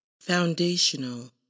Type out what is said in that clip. foundational